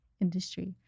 industry